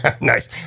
Nice